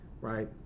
right